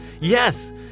Yes